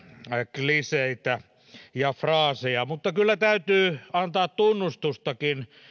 kliseitä ja fraaseja mutta kyllä täytyy antaa tunnustustakin